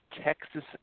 Texas